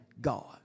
God